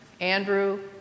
Andrew